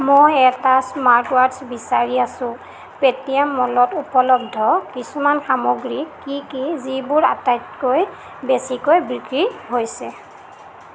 মই এটা স্মাৰ্ট ৱাট্চ বিচাৰি আছো পে'টিএম মলত উপলব্ধ কিছুমান সামগ্ৰী কি কি যিবোৰ আটাইতকৈ বেছিকৈ বিক্ৰী হৈছে